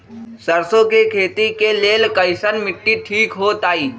सरसों के खेती के लेल कईसन मिट्टी ठीक हो ताई?